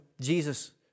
Jesus